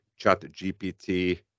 ChatGPT